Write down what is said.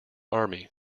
army